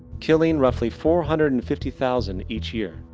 killing roughly four hundred and fifty thousand each year.